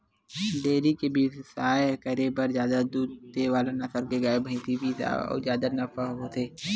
dairy के बेवसाय करे बर जादा दूद दे वाला नसल के गाय, भइसी बिसाए म जादा नफा होथे